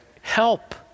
help